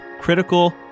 Critical